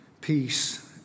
peace